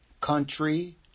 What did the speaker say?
country